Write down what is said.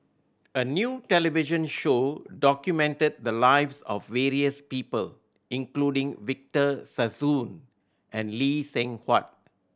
a new television show documented the lives of various people including Victor Sassoon and Lee Seng Huat